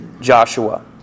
Joshua